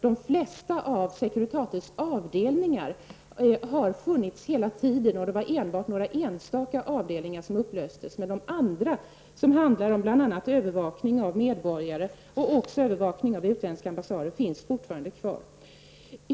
De flesta av Securitates avdelningar har funnits hela tiden. Det var enbart några enstaka avdelningar som upplöstes, medan de andra, som bl.a. har hand om övervakning av medborgare och övervakning av utländska ambassader, fortfarande finns kvar.